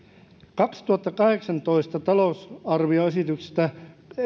kaksituhattakahdeksantoista talousarvioesitystä